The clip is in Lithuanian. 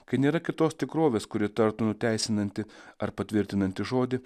kai nėra kitos tikrovės kuri tartum įteisinanti ar patvirtinanti žodį